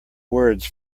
words